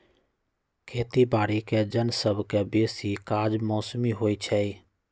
खेती बाड़ीके जन सभके बेशी काज मौसमी होइ छइ